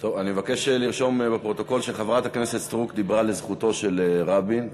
אני מבקש לרשום בפרוטוקול שחברת הכנסת סטרוק דיברה בזכותו של רבין,